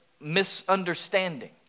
misunderstanding